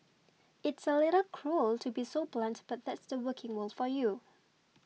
it's a little cruel to be so blunt but that's the working world for you